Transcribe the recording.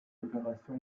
opération